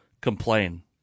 complain